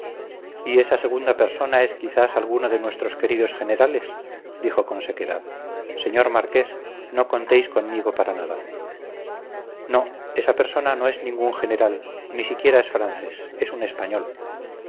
y esa segunda persona es quizás alguno de nuestros queridos generales dijo con sequedad señor marqués no contéis conmigo para nada no esa persona no es ningún general ni siquiera es francés es un español